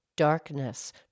Darkness